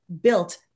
built